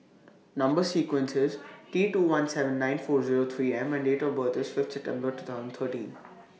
Number sequence IS T two one seven nine four Zero three M and Date of birth IS Fifth September two thousand thirteen